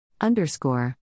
Underscore